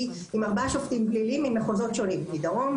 עם ארבעה שופטים ממחוזות שונים דרום,